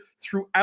throughout